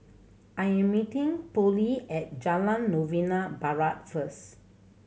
I am meeting Pollie at Jalan Novena Barat first